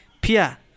Pia